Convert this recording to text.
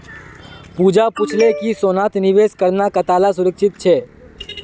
पूजा पूछले कि सोनात निवेश करना कताला सुरक्षित छे